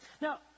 Now